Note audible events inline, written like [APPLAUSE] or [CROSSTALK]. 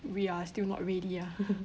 we are still not ready ah [LAUGHS]